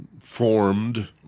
formed